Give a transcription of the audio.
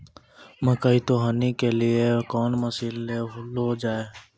मकई तो हनी के लिए कौन मसीन ले लो जाए?